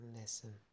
listen